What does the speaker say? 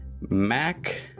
Mac